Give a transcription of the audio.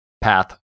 path